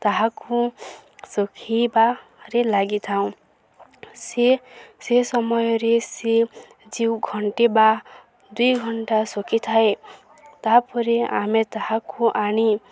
ତାହାକୁ ଶୁଖେଇବାରେ ଲାଗିଥାଉ ସିଏ ସେ ସମୟରେ ସିଏ ଯେଉ ଘଣ୍ଟେ ବା ଦୁଇ ଘଣ୍ଟା ଶୁଖିଥାଏ ତାପରେ ଆମେ ତାହାକୁ ଆଣି